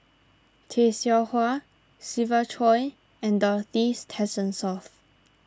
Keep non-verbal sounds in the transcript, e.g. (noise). Tay Seow Huah Siva Choy and Dorothy (unintelligible)